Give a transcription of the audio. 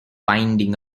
winding